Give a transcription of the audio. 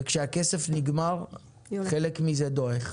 וכשהכסף נגמר חלק מזה דועך.